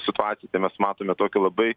situaciją tai mes matome tokį labai